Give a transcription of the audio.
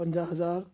पंजाह हज़ार